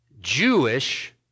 Jewish